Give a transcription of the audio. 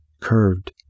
curved